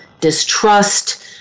distrust